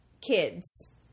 kids